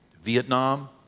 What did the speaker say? Vietnam